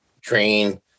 train